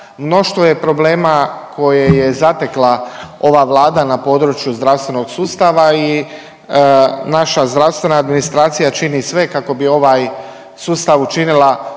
Mnoštvo je problema koje je zatekla ova Vlada na području zdravstvenog sustava i naša zdravstvena administracija čini sve kako bi ovaj sustav učinila